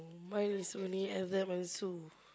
mine is only and Sue